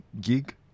gig